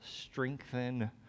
strengthen